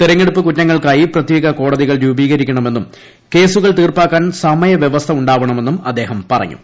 തെരഞ്ഞെടുപ്പ് കുറ്റങ്ങൾക്കായി പ്രത്യേക കോടതികൾ രൂപീകരിക്കണമെന്നും കേസുകൾ തീർപ്പാക്കാൻ സമയ വ്യവസ്ഥ ഉണ്ടാവണമെന്നും അദ്ദേഹം പറഞ്ഞു